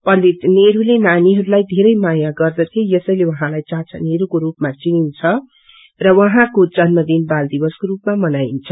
पण्डित नेहरूले नानीहरूलइथेरै माया गर्दथे यसैले उहाँलाई चाचा नेहरूको रूपामा चिनिन्छ र उहाँको जन्म दिन बाल दिवसको रूपमा मनाईन्छ